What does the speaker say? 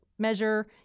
measure